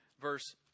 verse